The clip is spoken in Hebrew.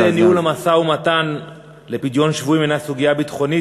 משא-ומתן לפדיון שבויים היא סוגיה ביטחונית,